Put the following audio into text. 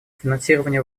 финансирование